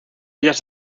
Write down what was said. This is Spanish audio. ellas